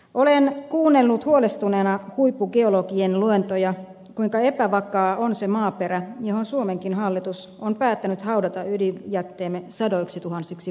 olen kuunnellut huolestuneena huippugeologien luentoja siitä kuinka epävakaa on se maaperä johon suomenkin hallitus on päättänyt haudata ydinjätteemme sadoiksituhansiksi vuosiksi